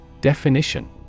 Definition